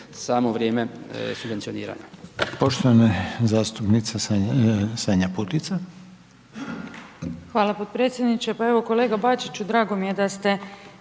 samo vrijeme subvencioniranja.